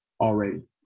already